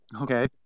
Okay